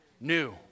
new